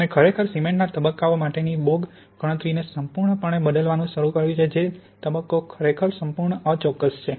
અને ખરેખર સિમેન્ટના તબક્કાઓ માટેની બોગ ગણતરીને સંપૂર્ણપણે બદલવાનું શરૂ કર્યું છે જે તબક્કો ખરેખર સંપૂર્ણ અચોક્કસ છે